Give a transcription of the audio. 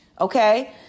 okay